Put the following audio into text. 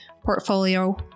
portfolio